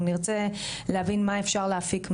אנחנו נרצה להבין מה אפשר להפיק מהם,